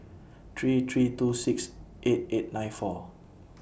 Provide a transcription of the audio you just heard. three three two six eight eight nine four